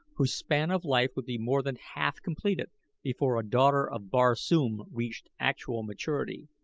whose span of life would be more than half completed before a daughter of barsoom reached actual maturity.